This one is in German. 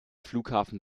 flughafen